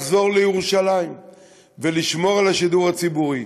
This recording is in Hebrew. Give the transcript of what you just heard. לחזור לירושלים ולשמור על השידור הציבורי.